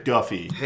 Duffy